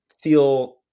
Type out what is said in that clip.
feel